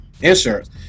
insurance